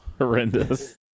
horrendous